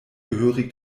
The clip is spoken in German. gehörig